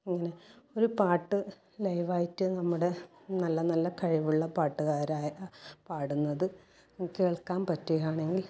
അങ്ങനെ ഒരു പാട്ട് ലൈവായിട്ട് നമ്മുടെ നല്ല നല്ല കഴിവുള്ള പാട്ടുകാരായ പാടുന്നത് കേൾക്കാൻ പറ്റുകയാണെങ്കിൽ